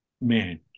Man